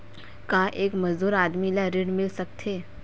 का एक मजदूर आदमी ल ऋण मिल सकथे?